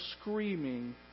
screaming